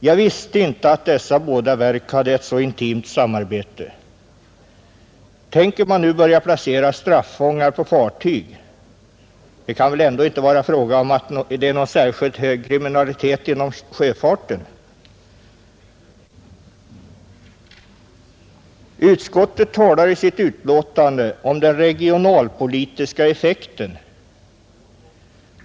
Jag visste inte att dessa båda verk hade ett så intimt samarbete. Tänker man nu börja placera straffångar på fartyg? Det är väl ändå inte så, att det är någon särskilt hög kriminalitet inom sjöfarten. Utskottet talar i sitt utlåtande om den regionalpolitiska effekten.